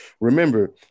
Remember